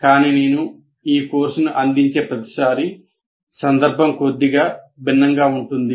కానీ నేను ఈ కోర్సును అందించే ప్రతిసారీ సందర్భం కొద్దిగా భిన్నంగా ఉంటుంది